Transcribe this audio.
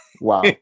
wow